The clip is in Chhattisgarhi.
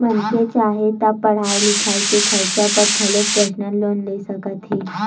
मनखे चाहे ता पड़हई लिखई के खरचा बर घलो परसनल लोन ले सकत हे